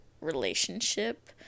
relationship